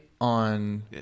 on